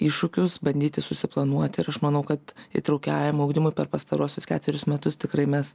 iššūkius bandyti susiplanuoti ir aš manau kad įtraukiajam ugdymui per pastaruosius ketverius metus tikrai mes